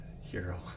Hero